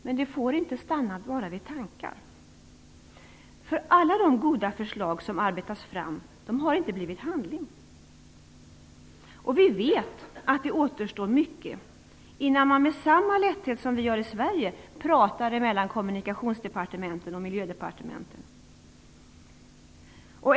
Men det får inte stanna bara vid tankar. Alla de goda förslag som arbetats fram har inte blivit handling. Vi vet att det återstår mycket innan man med samma lätthet som vi gör i Sverige pratar mellan kommunikationsdepartementen och miljödepartementen.